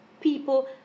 people